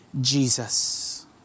Jesus